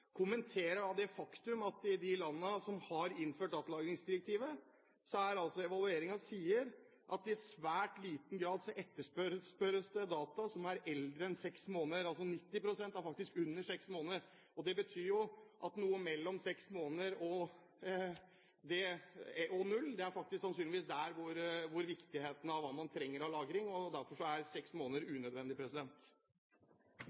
kommenterer det faktum at evalueringen i de landene som har innført datalagringsdirektivet, viser at det i svært liten grad etterspørres data som er eldre enn seks måneder. 90 pst. er faktisk under seks måneder gamle. Det betyr jo noe mellom seks måneder og null. Det er sannsynligvis der man finner hva man trenger av lagring, og derfor er seks